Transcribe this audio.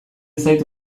zait